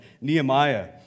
Nehemiah